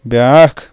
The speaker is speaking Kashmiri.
بیٛاکھ